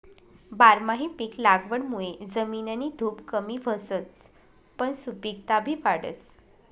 बारमाही पिक लागवडमुये जमिननी धुप कमी व्हसच पन सुपिकता बी वाढस